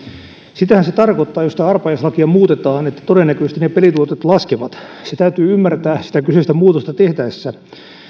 sitähän se tarkoittaa jos tätä arpajaislakia muutetaan että todennäköisesti ne pelituotot laskevat se täytyy ymmärtää sitä kyseistä muutosta tehtäessä